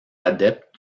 adeptes